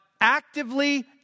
actively